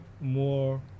more